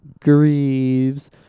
grieves